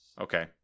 Okay